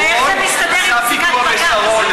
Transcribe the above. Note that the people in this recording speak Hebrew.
איפה הצבא בסיפור הזה?